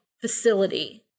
facility